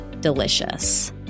delicious